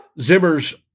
Zimmer's